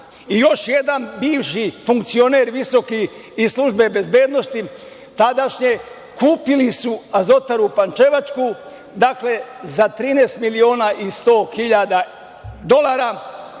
i još jedan bivši funkcioner visoki iz službe bezbednosti tadašnje kupili su Azotaru pančevačku, dakle, za 13 miliona i 100.000 dolara